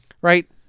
Right